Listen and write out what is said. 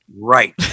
Right